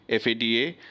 FADA